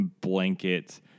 blanket